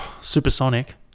supersonic